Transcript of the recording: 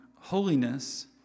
holiness